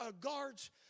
Guards